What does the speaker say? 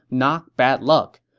not bad luck.